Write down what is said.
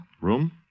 Room